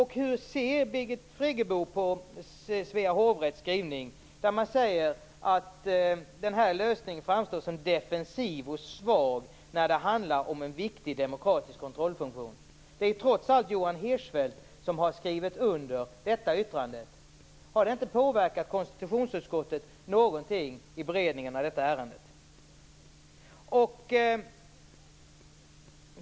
Hur ser Birgit Friggebo på Svea hovrätts skrivning, vari sägs att den här lösningen framstår som defensiv och svag när det handlar om en viktig demokratisk kontrollfunktion? Det är trots allt Johan Hirschfeldt som har skrivit under detta yttrande. Har det inte påverkat konstitutionsutskottet någonting i beredningen av detta ärende?